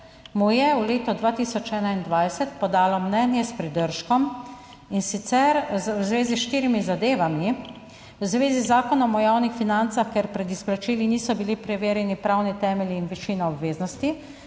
mu je v letu 2021 podalo mnenje s pridržkom, in sicer v zvezi s štirimi zadevami v zvezi z Zakonom o javnih financah, ker pred izplačili niso bili preverjeni pravni temelji in višina obveznosti,